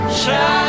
shine